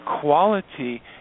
quality